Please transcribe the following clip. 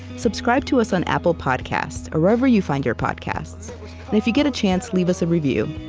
subscribe to us on apple podcasts, or wherever you find your podcasts, and if you get a chance, leave us a review.